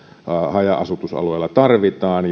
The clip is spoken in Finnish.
haja asutusalueilla tarvitaan